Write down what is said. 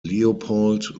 leopold